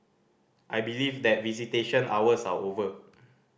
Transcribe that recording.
I believe that visitation hours are over